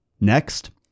Next